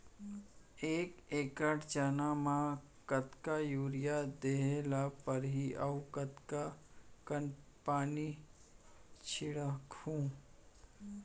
एक एकड़ चना म कतका यूरिया देहे ल परहि अऊ कतका कन पानी छींचहुं?